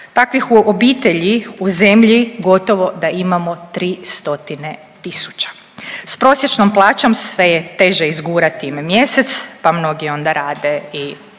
Takvih u obitelji u zemlji gotovo da imamo 3 stotine tisuća. Sa prosječnom plaćom sve je teže izgurati mjesec, pa mnogi onda rade i dodatne